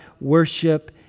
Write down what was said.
worship